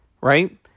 right